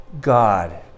God